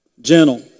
gentle